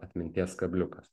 atminties kabliukas